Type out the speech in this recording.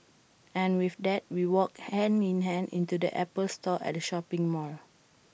and with that we walked hand in hand into the Apple store at the shopping mall